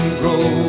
grow